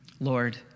Lord